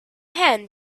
hand